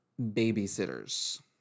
babysitters